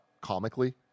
comically